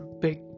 big